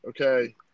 Okay